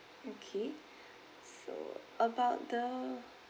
okay so about the